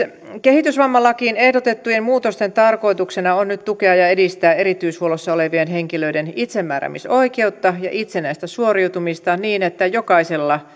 kehitysvammalakiin ehdotettujen muutosten tarkoituksena on nyt tukea ja edistää erityishuollossa olevien henkilöiden itsemääräämisoikeutta ja itsenäistä suoriutumista niin että jokaisella